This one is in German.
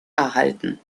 erhalten